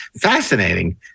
Fascinating